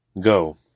Go